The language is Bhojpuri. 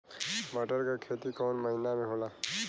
मटर क खेती कवन महिना मे होला?